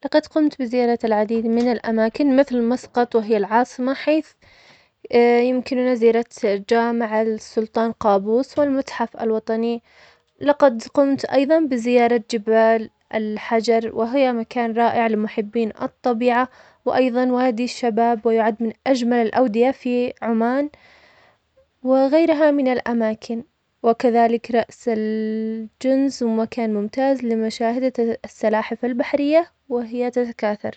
لقد قمت بزيارة العديد من الأماكن مثل مسقط وهي العاصمة, يمكننا زيارة الجامعة السلطان قابوس, والمتحف الوطني, لقد قمت أيضاً بزيارة جبال الحجر, وهي مكان رائع لمحبين الطبيعة, وأيضاً وادي الشباب, ويعد من أجمل الأودية في عمان, وغيرها من الأماكن, وكذلك رأس ال جنز وهو مكان ممتاز لمشاهدة ا- السلاحف البحرية وهي تتكاثر.